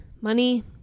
money